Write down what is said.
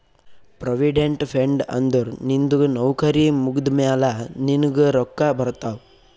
provident fund ಅಂದುರ್ ನಿಂದು ನೌಕರಿ ಮುಗ್ದಮ್ಯಾಲ ನಿನ್ನುಗ್ ರೊಕ್ಕಾ ಬರ್ತಾವ್